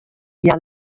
hja